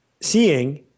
seeing